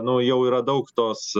nu jau yra daug tos